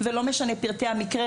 ולא משנה פרטי המקרה,